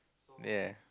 ya